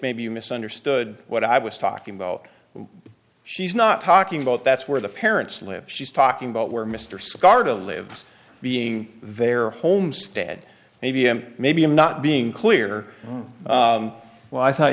maybe you misunderstood what i was talking about she's not talking about that's where the parents live she's talking about where mr scarborough lives being there homestead maybe i'm maybe i'm not being clear well i thought